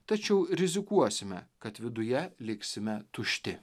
tačiau rizikuosime kad viduje liksime tušti